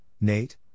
Nate